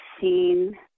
seen